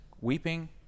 weeping